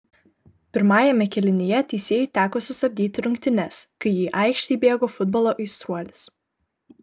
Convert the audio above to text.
pirmajame kėlinyje teisėjui teko sustabdyti rungtynes kai į aikštę įbėgo futbolo aistruolis